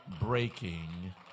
Breaking